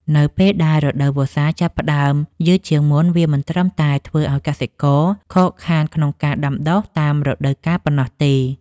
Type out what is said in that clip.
នៅពេលដែលរដូវវស្សាចាប់ផ្ដើមយឺតជាងមុន វាមិនត្រឹមតែធ្វើឱ្យកសិករខកខានក្នុងការដាំដុះតាមរដូវកាលប៉ុណ្ណោះទេ។